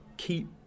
keep